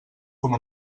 com